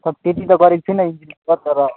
sir त्यति त गरेको छुइनँ तर